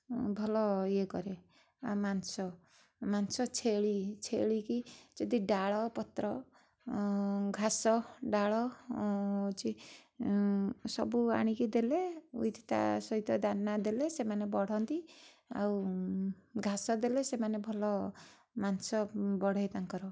ଭଲ ଏ କରେ ଆଉ ମାଂସ ମାଂସ ଛେଳି ଛେଳି କି ଯଦି ଡାଳ ପତ୍ର ଘାସ ଡାଳ ହେଉଛି ସବୁ ଆଣିକି ଦେଲେ ଉଇଥି ତା' ସହିତ ଦାନ ଦେଲେ ସେମାନେ ବଢ଼ନ୍ତି ଆଉ ଘାସ ଦେଲେ ସେମାନେ ଭଲ ମାଂସ ବଢ଼େ ତାଙ୍କର